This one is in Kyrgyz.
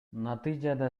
натыйжада